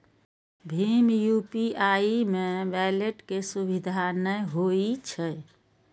भीम UPI मे wallet के सुविधा नै होइ छै